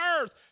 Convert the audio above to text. earth